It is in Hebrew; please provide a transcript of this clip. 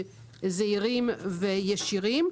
זעירים וישירים,